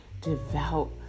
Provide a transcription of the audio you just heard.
devout